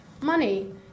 money